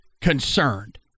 concerned